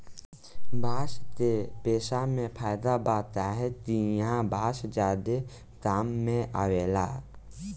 बांस के पेसा मे फायदा बा काहे कि ईहा बांस ज्यादे काम मे आवेला